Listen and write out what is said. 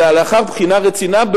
אלא לאחר בחינה רצינית.